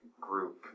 group